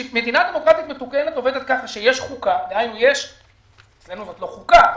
מדינה דמוקרטית מתוקנת עובדת ככה שיש חוקה אצלנו זאת לא חוקה,